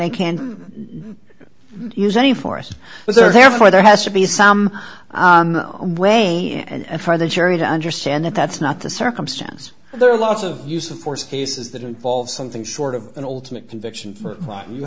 they can't use any forest therefore there has to be some way and for the jury to understand that that's not the circumstance there are lots of use of force cases that involve something sort of an ultimate conviction for